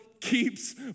keeps